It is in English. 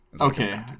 Okay